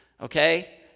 Okay